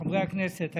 חברי הכנסת,